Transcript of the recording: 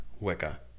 Wicca